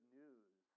news